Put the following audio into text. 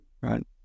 right